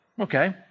Okay